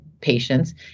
patients